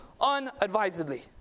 unadvisedly